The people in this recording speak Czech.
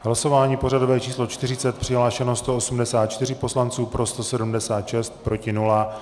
Hlasování pořadové číslo 40, přihlášeno 184 poslanců, pro 176, proti nula.